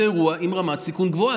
זה אירוע עם רמת סיכון גבוהה.